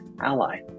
ally